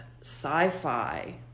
sci-fi